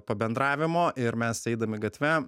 pabendravimo ir mes eidami gatve